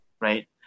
right